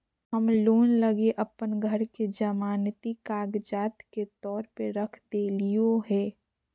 हम लोन लगी अप्पन घर के जमानती कागजात के तौर पर रख देलिओ हें